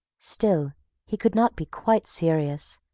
still he could not be quite serious,